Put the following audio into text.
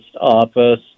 office